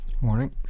Morning